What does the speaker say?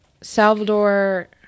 Salvador